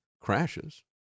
crashes